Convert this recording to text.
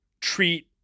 treat